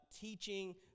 teaching